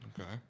Okay